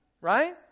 Right